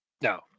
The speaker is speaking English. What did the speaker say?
No